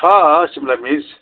छ सिमला मिर्च